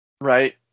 right